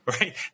right